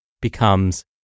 becomes